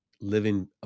living